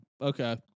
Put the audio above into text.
okay